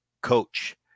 coach